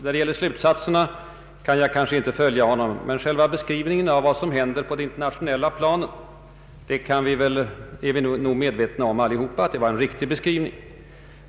När det gäller slutsatserna kan jag kanske inte hålla med honom, men vi är nog alla medvetna om att hans beskrivning av vad som händer på det internationella planet var riktig.